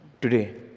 today